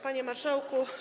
Panie Marszałku!